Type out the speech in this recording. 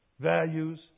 values